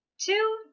two